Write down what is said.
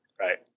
Right